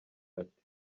ati